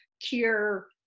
cure